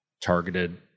targeted